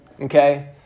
okay